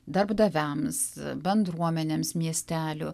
darbdaviams bendruomenėms miestelių